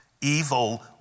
Evil